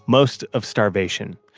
most of starvation.